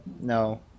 no